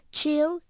chill